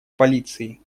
полиции